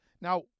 Now